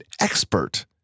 expert